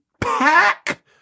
pack